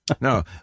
No